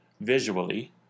visually